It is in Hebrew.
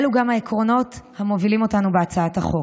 אלו גם העקרונות המובילים אותנו בהצעת החוק.